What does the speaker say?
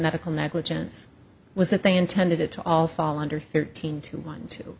medical negligence was that they intended it to all fall under thirteen to one